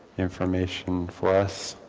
information for us